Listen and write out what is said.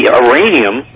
uranium